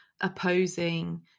opposing